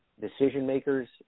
decision-makers